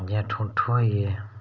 जियां ठूंठू होई गे